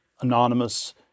anonymous